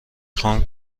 خوام